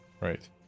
Right